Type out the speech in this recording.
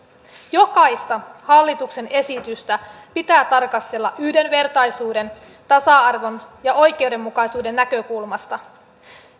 jokaista hallituksen esitystä pitää tarkastella yhdenvertaisuuden tasa arvon ja oikeudenmukaisuuden näkökulmasta